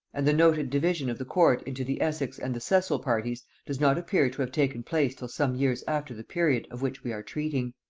and the noted division of the court into the essex and the cecil parties does not appear to have taken place till some years after the period of which we are treating.